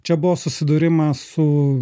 čia buvo susidūrimas su